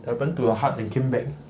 I went into your heart and came back